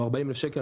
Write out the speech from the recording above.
40,000 שקלים.